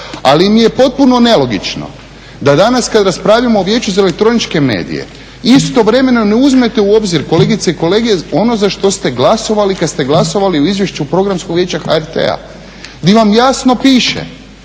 Ali mi je potpuno nelogično da danas kad raspravljamo o Vijeću za elektroničke medije istovremeno ne uzmete u obzir kolegice i kolege ono za što ste glasovali kad ste glasovali o Izvješću Programskog vijeća HRT-a, gdje vam jasno piše